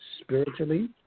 spiritually